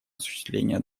осуществления